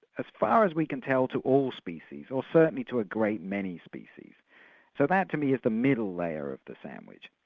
as far as we can tell, to all species, or so certainly to a great many species. so that to me is the middle layer of the sandwich.